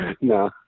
No